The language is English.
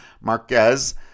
Marquez